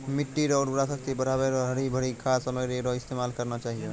मिट्टी रो उर्वरा शक्ति बढ़ाएं रो हरी भरी खाद सामग्री रो इस्तेमाल करना चाहियो